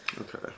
Okay